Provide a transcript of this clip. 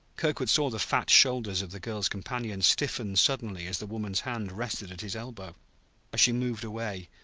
kirkwood saw the fat shoulders of the girl's companion stiffen suddenly as the woman's hand rested at his elbow as she moved away,